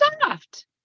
soft